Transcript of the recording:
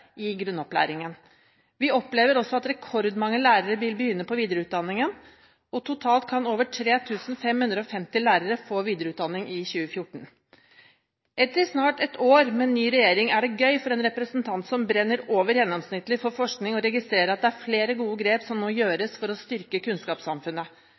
i grunnopplæringen. Vi opplever også at rekordmange lærere vil begynne på videreutdanning. Totalt kan over 3 550 lærere få videreutdanning i 2014. Etter snart ett år med ny regjering er det gøy for en representant som brenner over gjennomsnittlig for forskning, å registrere at det er flere gode grep som